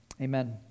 Amen